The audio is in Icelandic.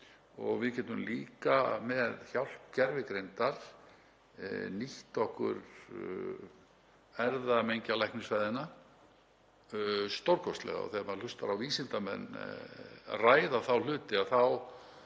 Við getum líka með hjálp gervigreindar nýtt okkur erfðamengjalæknisfræðina stórkostlega. Þegar maður hlustar á vísindamenn ræða þá hluti þá